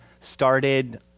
started